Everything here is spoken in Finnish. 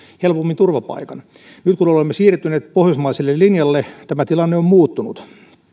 helpommin turvapaikan nyt kun olemme siirtyneet pohjoismaiselle linjalle tämä tilanne on muuttunut